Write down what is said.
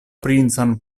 princan